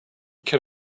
can